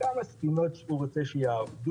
כמה ספינות הוא רוצה שיעבדו,